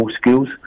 skills